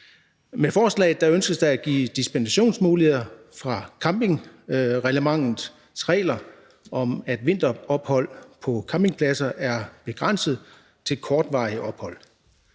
Med forslaget ønskes at give dispensation fra campingreglementets regler om, at vinterophold på campingpladser er begrænset til kortvarige ophold.